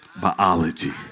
biology